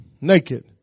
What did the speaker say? Naked